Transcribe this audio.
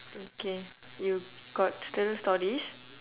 okay you got still stories